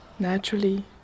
naturally